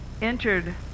entered